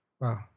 Wow